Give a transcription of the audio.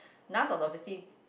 last of diversity